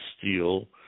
steel